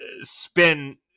spin